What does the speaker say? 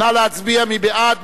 נא להצביע, מי בעד?